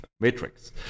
matrix